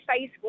Facebook